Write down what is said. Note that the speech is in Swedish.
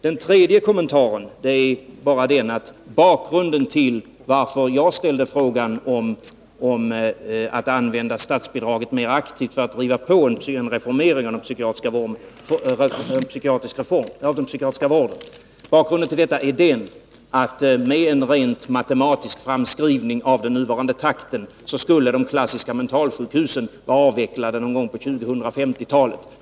Den tredje kommentaren är bara den att bakgrunden till att jag ställde frågan om att använda statsbidraget mera aktivt för att driva på en reformering av den psykiatriska vården är den att med en framskridning i den nuvarande takten skulle de klassiska mentalsjukhusen vara avvecklade någon gång på 2050-talet.